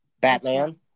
Batman